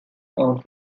off